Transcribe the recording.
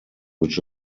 which